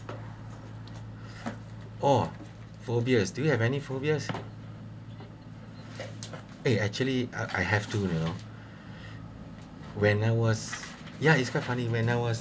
oh phobia do you have any phobias eh actually I have to you know when I was yeah is quite funny when I was